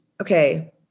okay